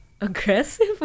aggressive